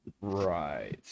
Right